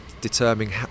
Determining